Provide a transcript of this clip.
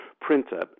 printer